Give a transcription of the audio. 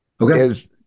Okay